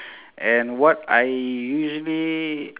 and what I usually